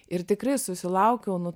ir tikrai susilaukiau nu